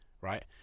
right